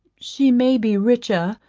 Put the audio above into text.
she may be richer,